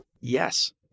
Yes